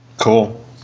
Cool